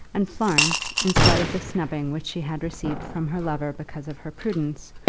and florence, in spite of the snubbing which she had received from her lover because of her prudence,